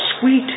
sweet